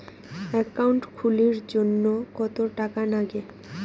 Account খুলির জন্যে কত টাকা নাগে?